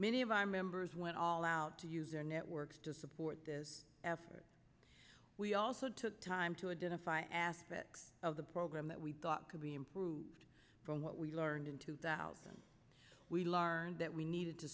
many of our members went all out to use their networks to support this effort we also took time to a did a fine aspects of the program that we thought could be improved from what we learned in two thousand we learned that we needed to